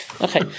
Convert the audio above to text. Okay